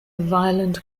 violent